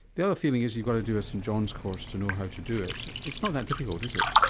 the other feeling is you've got to do a st john's course to know how to do it. it's not that difficult, is it?